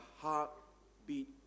heartbeat